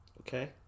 okay